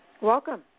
Welcome